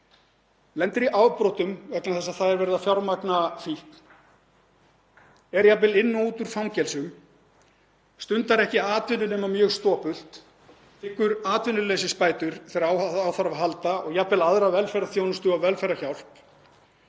lendir í afbrotum vegna þess að það er verið að fjármagna fíkn, er jafnvel inn og út úr fangelsum, stundar ekki atvinnu nema mjög stopult, þiggur atvinnuleysisbætur þegar á þarf að halda og jafnvel aðra velferðarþjónustu og velferðarhjálp.